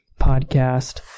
Podcast